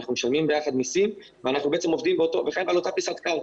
אנחנו משלמים ביחד מסים ואנחנו עובדים על אותה פיסת קרקע,